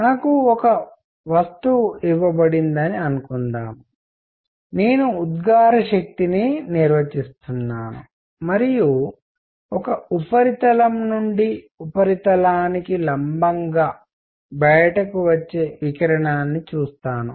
నాకు ఒక వస్తువు ఇవ్వబడిందని అనుకుందాం నేను ఉద్గార శక్తిని నిర్వచిస్తున్నాను మరియు ఒక ఉపరితలం నుండి ఉపరితలానికి లంబంగా బయటకు వచ్చే వికిరణాన్ని చూస్తాను